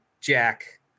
Jack